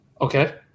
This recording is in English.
Okay